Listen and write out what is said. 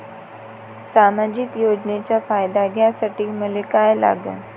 सामाजिक योजनेचा फायदा घ्यासाठी मले काय लागन?